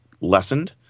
lessened